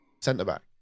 centre-back